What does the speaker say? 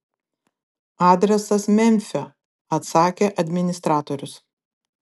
adresas memfio atsakė administratorius